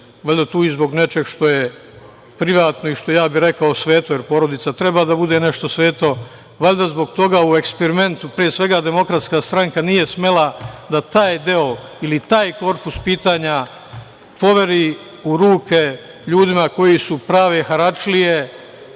valjda tu i zbog nečeg što je privatno i što bih ja rekao sveto, jer porodica treba da bude nešto sveto, valjda zbog toga u eksperimentu, pre svega DS nije smela da taj deo ili taj korpus pitanja poveri u ruke ljudima koji su prave haračlije. Ovde